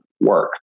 work